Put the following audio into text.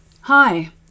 Hi